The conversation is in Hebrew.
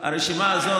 מה עם משרד המדע,